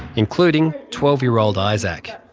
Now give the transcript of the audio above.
including twelve year old isaac.